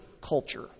culture